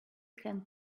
can